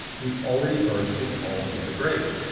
we've already burned through all the better grades.